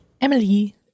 Emily